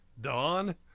Dawn